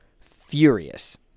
furious